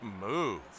move